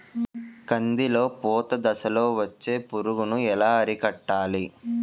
కందిలో పూత దశలో వచ్చే పురుగును ఎలా అరికట్టాలి?